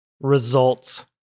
results